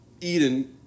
Eden